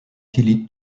philippe